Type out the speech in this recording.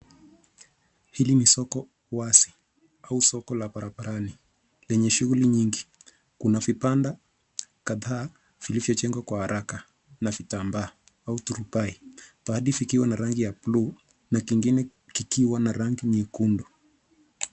Hili ni soko wazi au soko la barabarani lenye shughuli nyingi. Kuna vibanda kadhaa vilivyojengwa kwa haraka na vitambaa au turubai, baadhi vikiwa na rangi ya bluu na kingine kikiwa na rangi nyekundu.